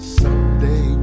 someday